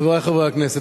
חברי חברי הכנסת,